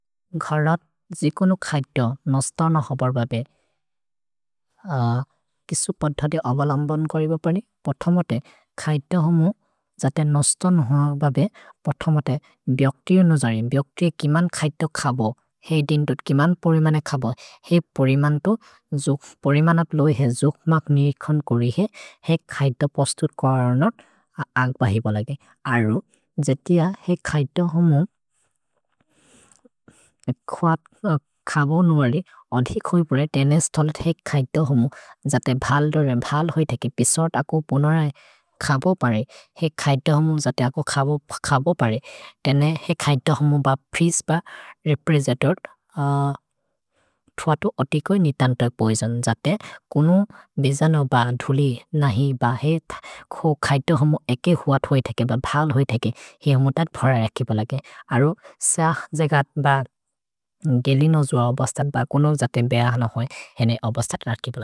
घरत् जिकोनु खैतो नस्तन हबर् बबे, किसु पद्धते अबलम्बन् करिब परि? पोथमते खैतो होमो जते नस्तन हबर् बबे, पोथमते ब्यक्तियो नजरिम्। भ्यक्तियो किमन् खैतो खबो? हेइ दिन्दुत् किमन् परिमने खबो? हेइ परिमन्तो, परिमनत् लोहे, हेइ जुक्मक् निरिखन् कोरिहे, हेइ खैतो पस्तुर् क्वरनत् अग् बहि बलगे। अरु जति य हेइ खैतो होमो खबो नुअरि, ओधि खुइ पुरे तेने स्थोलेत् हेइ खैतो होमो जते भल् दोरे, भल् होइ थेके, पिसोत् अको पुनर खबो परे, हेइ खैतो होमो जते अको खबो परे, तेने हेइ खैतो होमो ब प्रिस्ब, रेप्रेज्जतोर्, थुअतु ओतिकोइ नितन्त पोइसोन्, जते कुनु बिजनो ब धुलि नहि, ब हेइ खैतो होमो एके हुअतु होइ थेके, ब भल् होइ थेके, हेइ होमो तत् फोरे रखि बलगे। अरु सख् जेगत् ब गेलिनो जोअ ओबस्तत् ब कुनु जते बेअहन होइ, हेनेइ ओबस्तत् रखि बलगे।